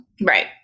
Right